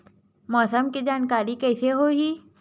मौसम के जानकारी कइसे होही?